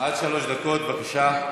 עד שלוש דקות, בבקשה.